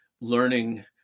learning